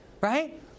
right